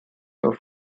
auf